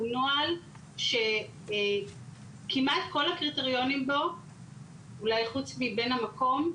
הוא נוהל שכמעט כל הקריטריונים בו אולי חוץ מבן המקום,